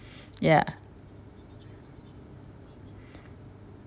ya